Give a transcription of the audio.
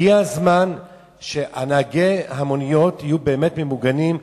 הגיע הזמן שנהגי המוניות יהיו באמת מוגנים,